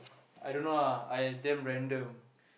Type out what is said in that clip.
I don't know ah I damn random